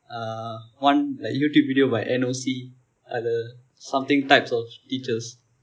ah one like youtube video by N_O_C uh the something types of teachers